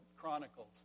Chronicles